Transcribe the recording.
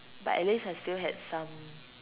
but at least I still had some